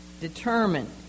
determined